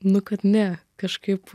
nu kad ne kažkaip